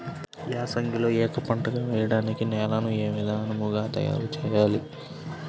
ఏసంగిలో ఏక పంటగ వెయడానికి నేలను ఏ విధముగా తయారుచేయాలి?